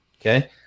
Okay